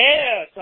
Yes